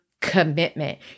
commitment